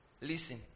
Listen